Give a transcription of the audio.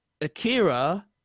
Akira